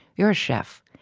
you are a chef.